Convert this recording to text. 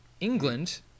England